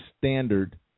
standard